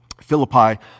Philippi